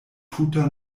tuta